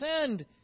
send